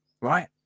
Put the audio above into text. right